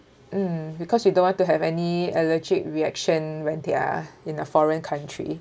mm because you don't want to have any allergic reaction when they're in a foreign country